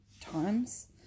times